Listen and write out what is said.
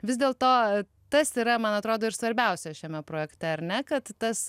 vis dėlto tas yra man atrodo ir svarbiausia šiame projekte ar ne kad tas